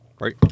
right